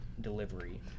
delivery